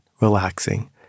relaxing